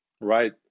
Right